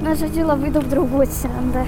na žodžiu labai daug draugų atsiranda